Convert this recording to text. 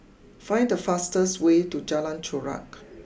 find the fastest way to Jalan Chorak